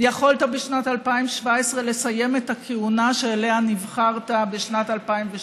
יכולת בשנת 2017 לסיים את הכהונה שאליה נבחרת בשנת 2013,